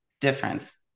difference